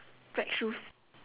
black shoes